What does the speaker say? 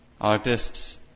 artists